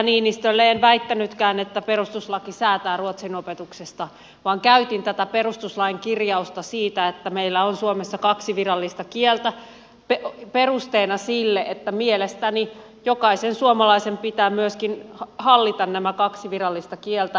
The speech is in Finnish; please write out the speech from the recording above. en väittänytkään että perustuslaki säätää ruotsin opetuksesta vaan käytin tätä perustuslain kirjausta siitä että meillä on suomessa kaksi virallista kieltä perusteena sille että mielestäni jokaisen suomalaisen pitää myöskin hallita nämä kaksi virallista kieltä